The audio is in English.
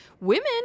Women